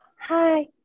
Hi